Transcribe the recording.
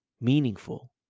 meaningful